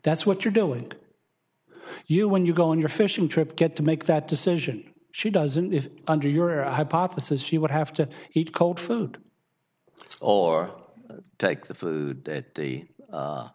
that's what you're doing you when you go on your fishing trip get to make that decision she doesn't if under your hypothesis she would have to eat cold food or take the food